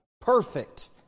perfect